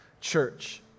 church